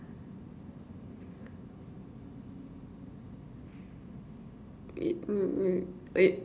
mm